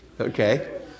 Okay